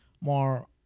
more